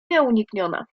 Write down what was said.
nieunikniona